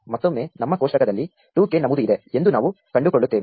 ಮತ್ತೊಮ್ಮೆ ನಮ್ಮ ಕೋಷ್ಟಕದಲ್ಲಿ 2 ಕ್ಕೆ ನಮೂದು ಇದೆ ಎಂದು ನಾವು ಕಂಡುಕೊಳ್ಳುತ್ತೇವೆ